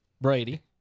Brady